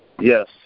Yes